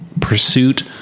pursuit